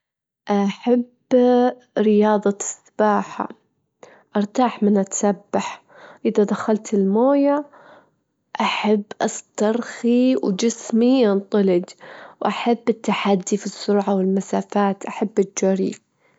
أعتقد أني أمشي حوالي سبعتالاف خطوة يوميًا، يعني أسبوعيًا أجدر أجيلك أمشي حوالي خمسين سبعين ألف خطوة في الأسبوع.